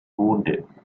wounded